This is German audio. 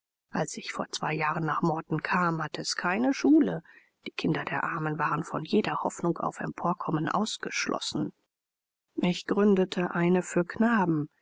als ich vor zwei jahren nach morton kam hatte es keine schule die kinder der armen waren von jeder hoffnung auf emporkommen ausgeschlossen ich gründete eine für knaben